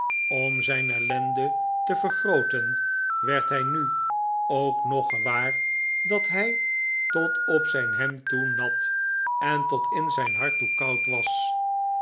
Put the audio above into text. om zijn ellende te ver grooten werd hij mi ook noggewaar dat hij tot op zijn hemd toe nat en tot in zijn hart toe koud was